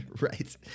right